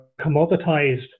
commoditized